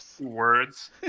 words